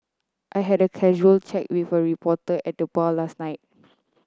I had a casual chat with a reporter at the bar last night